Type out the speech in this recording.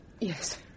Yes